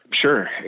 Sure